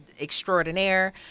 extraordinaire